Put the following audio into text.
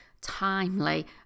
timely